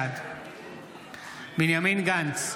בעד בנימין גנץ,